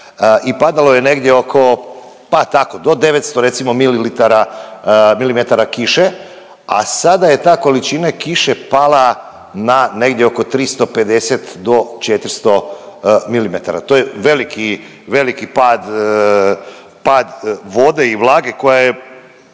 i padalo je negdje oko, pa tako, do 900, recimo, mililitara kiše, a sada je ta količine kiše pala na negdje oko 350 do 400 mm. To je veliki, veliki pad vode i vlage koja je,